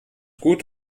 gut